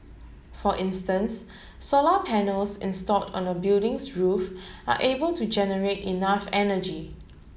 for instance solar panels installed on the building's roof are able to generate enough energy